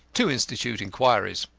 to institute inquiries.